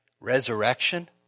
Resurrection